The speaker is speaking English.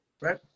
right